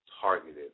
targeted